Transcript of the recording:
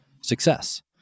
success